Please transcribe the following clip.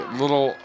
little